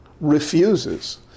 refuses